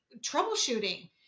troubleshooting